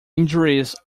injuries